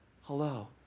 Hello